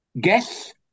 guess